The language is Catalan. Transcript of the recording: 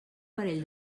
parell